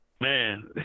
man